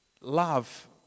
love